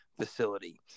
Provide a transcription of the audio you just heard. facility